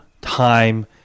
time